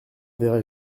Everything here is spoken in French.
verrai